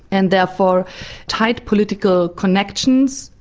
and therefore tight political connections,